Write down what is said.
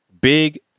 Big